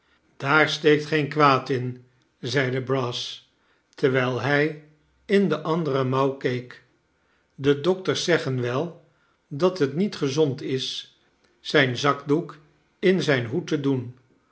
daar steekt geen kwaad in zeide brass terwijl hij in de andere mouw keek de dokters zeggen wel dat het niet gezond is zijn zakdoek in zijn hoed te doen